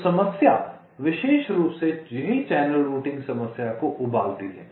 तो समस्या विशेष रूप से यहीं चैनल रूटिंग समस्या को उबालती है